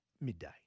midday